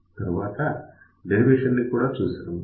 తరువాత డెరివేషన్ ని కూడా చూశాము